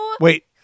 Wait